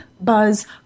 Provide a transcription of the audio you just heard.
buzz